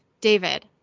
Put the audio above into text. David